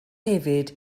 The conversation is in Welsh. hefyd